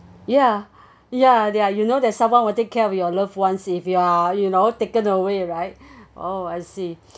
ya ya they are you know that someone will take care of your loved ones if you're you know taken away right oh I see